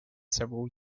several